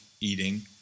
eating